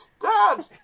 Dad